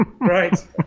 Right